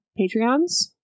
Patreons